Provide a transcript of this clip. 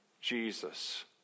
Jesus